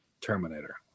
Terminator